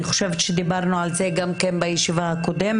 אני חושבת שדיברנו על זה גם כן בישיבה הקודמת,